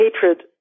hatred